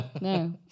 no